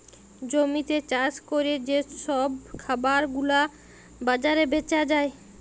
জমিতে চাষ ক্যরে যে সব খাবার গুলা বাজারে বেচা যায়